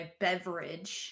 beverage